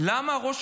למה ראש